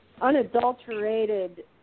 unadulterated